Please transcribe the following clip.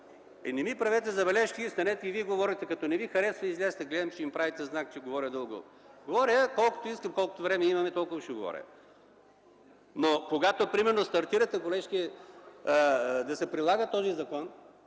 не ми правете забележки, станете и Вие говорете. Като не Ви харесва, излезте – гледам, че ми правите знак, че говоря дълго. Говоря, колкото искам – колкото време имаме, толкова ще говоря. Когато примерно стартирате, колежке, за да се прилага този закон